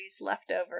leftover